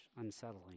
unsettling